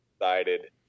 excited